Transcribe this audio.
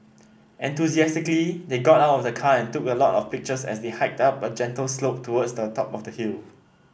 enthusiastically they got out of the car and took a lot of pictures as they hiked up a gentle slope towards the top of the hill